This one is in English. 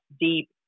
deep